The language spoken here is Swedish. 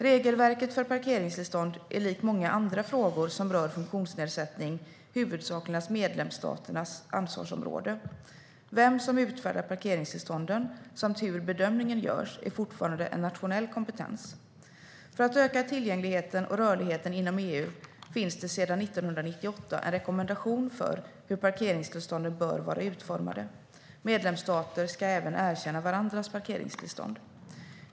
Regelverket för parkeringstillstånd är likt många andra frågor som rör funktionsnedsättning huvudsakligen medlemsstaternas ansvarsområde. Vem som utfärdar parkeringstillstånden samt hur bedömningen görs är fortfarande en nationell kompetens. För att öka tillgängligheten och rörligheten inom EU finns det sedan 1998 en rekommendation för hur parkeringstillstånden bör vara utformade. Medlemsstater ska även erkänna varandras parkeringstillstånd.